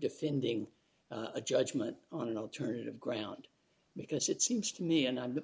defending a judgment on an alternative ground because it seems to me and i'm the